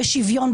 בשוויון,